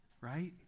Right